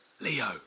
Leo